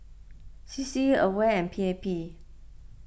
C C Aware and P A P